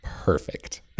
Perfect